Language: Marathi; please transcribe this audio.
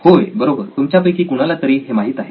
होय बरोबर तुमच्यापैकी कुणाला तरी हे माहित आहे